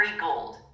gold